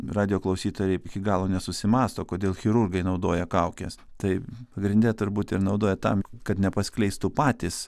radijo klausytojai iki galo nesusimąsto kodėl chirurgai naudoja kaukes tai pagrinde turbūt ir naudoja tam kad nepaskleistų patys